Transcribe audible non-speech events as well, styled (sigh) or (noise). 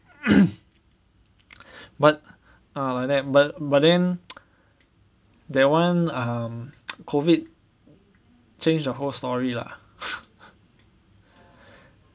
but ah like that but but then (noise) that [one] um COVID changed the whole story lah